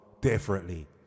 differently